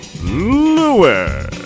Lewis